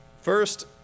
First